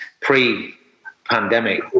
pre-pandemic